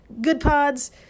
GoodPods